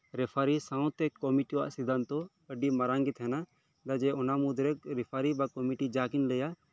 ᱨᱮᱯᱷᱟᱨᱤ ᱥᱟᱶᱛᱮ ᱠᱚᱢᱤᱴᱤ ᱭᱟᱜ ᱥᱤᱫᱽᱫᱷᱟᱱᱛᱚ ᱟᱹᱰᱤ ᱢᱟᱨᱟᱝ ᱜᱮ ᱛᱟᱦᱮᱱᱟ ᱚᱱᱟ ᱢᱩᱫᱽᱨᱮ ᱨᱮᱯᱷᱟᱨᱤ ᱵᱟ ᱠᱚᱢᱤᱴᱤ ᱡᱟ ᱠᱤᱱ ᱞᱟᱹᱭᱟ